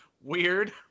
Weird